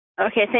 Okay